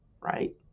right